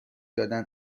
دادن